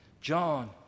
John